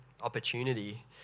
opportunity